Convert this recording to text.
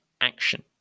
action